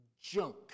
junk